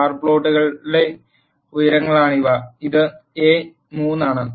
bar ചാർട്ടുകളുടെ ഉയരങ്ങളാണിവ ഇത് എ 3 ആണ്